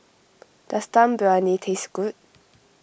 does Dum Briyani taste good